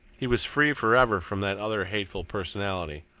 he was free for ever from that other hateful personality.